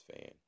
fan